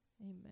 amen